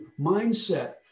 mindset